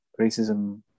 racism